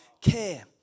care